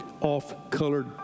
off-colored